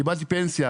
קיבלתי פנסיה.